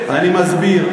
אני מסביר.